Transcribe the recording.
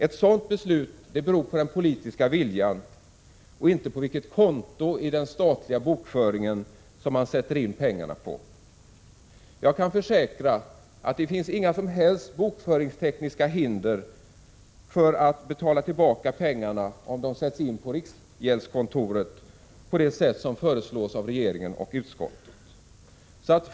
Ett sådant beslut beror på den politiska viljan och inte på vilket konto den statliga bokföringen som man sätter in pengarna på. Jag kan försäkra att det inte finns några som helst bokföringstekniska hinder för att betala tillbaka pengarna om de sätts in på riksgäldskontoret på det sätt som föreslås av regeringen och utskottet.